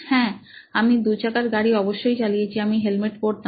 হ্যাঁ আমি দুচাকার গাড়ি অবশ্যই চালিয়েছিআমি হেলমেট পড়তাম